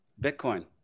Bitcoin